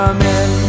Amen